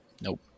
Nope